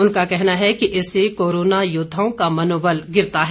उनका कहना है कि इससे कोरोना योद्वाओं का मनोबल गिरता है